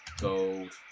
Gold